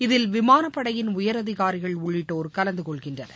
இதில் விமானப்படையின் உயரதிகாரிகள் உள்ளிட்டோர் கலந்து கொள்கின்றனர்